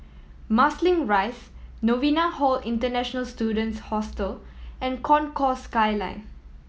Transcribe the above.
Marsiling Rise Novena Hall International Students Hostel and Concourse Skyline